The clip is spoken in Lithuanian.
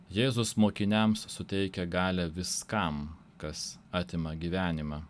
jėzus mokiniams suteikia galią viskam kas atima gyvenimą